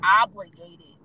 obligated